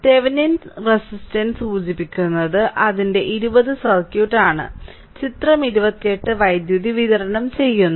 Thevenin resistance സൂചിപ്പിക്കുന്നത് അതിന്റെ ഇരുപത് സർക്യൂട്ട് ആണ് ചിത്രം 28 വൈദ്യുതി വിതരണം ചെയ്യുന്നു